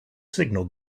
signal